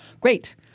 Great